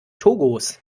togos